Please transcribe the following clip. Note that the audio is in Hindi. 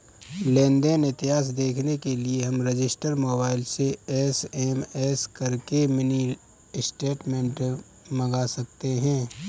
लेन देन इतिहास देखने के लिए हम रजिस्टर मोबाइल से एस.एम.एस करके मिनी स्टेटमेंट मंगा सकते है